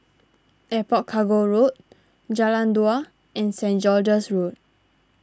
Airport Cargo Road Jalan Dua and Saint George's Road